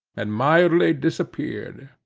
and mildly disappeared.